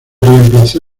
reemplazó